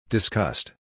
Discussed